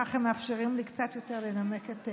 ובכך הם מאפשרים לי לנמק קצת יותר את